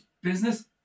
business